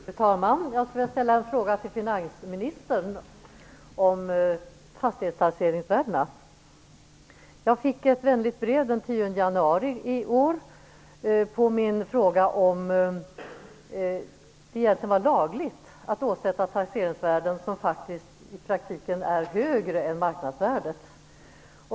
Fru talman! Jag vill ställa en fråga till finansministern om fastighetstaxeringsvärdena. Jag fick ett vänligt brev den 10 januari i år som svar på min fråga om det egentligen var lagligt att åsätta taxeringsvärden som i praktiken är högre än marknadsvärdet.